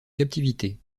captivité